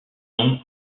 nom